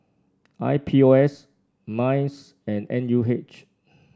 I P O S Minds and N U H